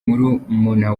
murumuna